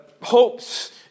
hopes